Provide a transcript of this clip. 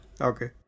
Okay